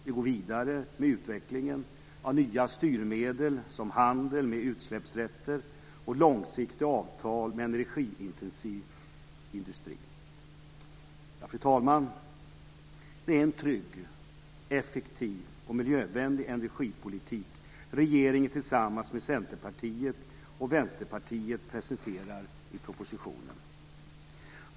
Vi går vidare med utvecklingen av nya styrmedel som handel med utsläppsrätter och långsiktiga avtal med energiintensiv industri. Fru talman! Det är en trygg, effektiv och miljövänlig energipolitik som regeringen tillsammans med Centerpartiet och Vänsterpartiet presenterar i propositionen.